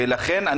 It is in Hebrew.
לכן,